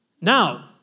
Now